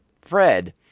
Fred